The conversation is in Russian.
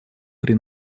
при